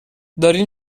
دارین